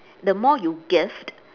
the more you give